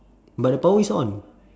but the power is on